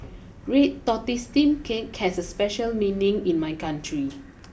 Red Tortoise Steamed Cake has special meaning in my country